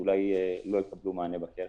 שאולי לא יקבלו מענה בקרן,